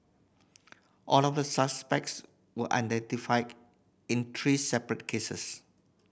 all of the suspects were identified in three separate cases